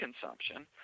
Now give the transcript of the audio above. consumption